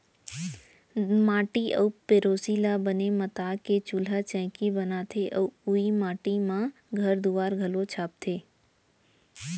माटी अउ पेरोसी ल बने मता के चूल्हा चैकी बनाथे अउ ओइ माटी म घर दुआर घलौ छाबथें